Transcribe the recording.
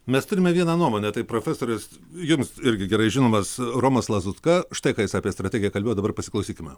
mes turime vieną nuomonę tai profesorius jums irgi gerai žinomas romas lazutka štai ką jis apie strategiją kalbėjo dabar pasiklausykime